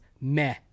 meh